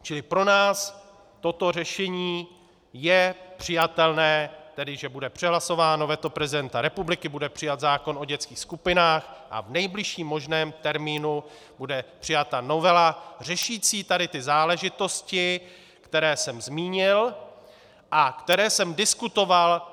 Čili pro nás toto řešení je přijatelné, tedy že bude přehlasováno veto prezidenta republiky, bude přijat zákon o dětských skupinách a v nejbližším možném termínu bude přijata novela řešící tady ty záležitosti, které jsem zmínil a které jsem diskutoval.